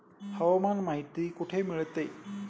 हवामान माहिती कुठे मिळते?